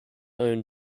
own